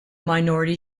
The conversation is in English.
minority